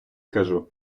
кажу